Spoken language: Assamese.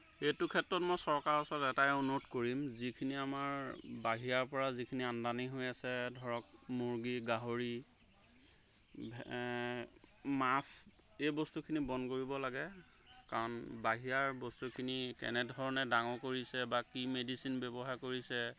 এইটো ক্ষেত্ৰত মই চৰকাৰৰ ওচৰত এটাই অনুৰোধ কৰিম যিখিনি আমাৰ বাহিৰৰপৰা যোনখিনি আমদানি হৈ আছে ধৰক মুৰ্গী গাহৰি মাছ এই বস্তুখিনি বন্ধ কৰিব লাগে কাৰণ বাহিৰৰ বস্তুখিনি কেনেধৰণে ডাঙৰ কৰিছে বা কি মেডিচিন ব্যৱহাৰ কৰিছে